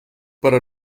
para